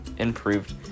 improved